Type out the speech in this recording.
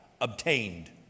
obtained